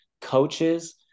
Coaches